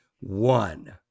one